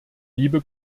liebe